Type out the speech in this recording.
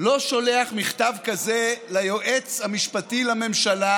לא שולח מכתב כזה ליועץ המשפטי לממשלה